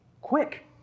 quick